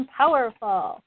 powerful